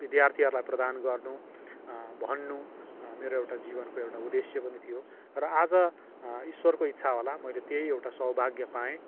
बिधार्थीहरूलाई प्रदान गर्नु भन्नु मेरो एउटा जीवनको एउटा उद्देश्य पनि थियो र आज ईश्वरको इच्छा होला मैले त्यही एउटा सौभाग्य पाएँ